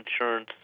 Insurance